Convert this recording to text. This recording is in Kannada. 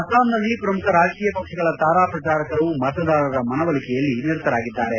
ಅಸ್ಲಾಂನಲ್ಲಿ ಪ್ರಮುಖ ರಾಜಕೀಯ ಪಕ್ಷಗಳ ತಾರಾ ಪ್ರಚಾರಕರು ಮತದಾರರ ಮನವೊಲಿಕೆಯಲ್ಲಿ ನಿರತರಾಗಿದ್ದಾರೆ